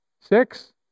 Six